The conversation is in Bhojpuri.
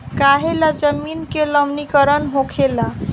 काहें ला जमीन के लवणीकरण होखेला